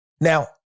Now